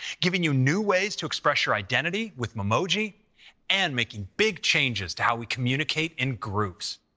giving you new ways to express your identity with memoji and making big changes to how we communicate in groups.